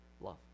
love